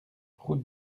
route